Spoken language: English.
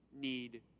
need